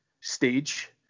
stage